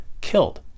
killed